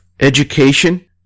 education